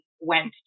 went